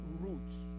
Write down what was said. roots